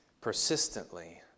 persistently